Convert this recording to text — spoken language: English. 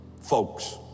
folks